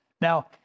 Now